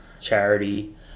charity